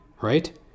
right